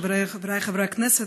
חבריי חברי הכנסת,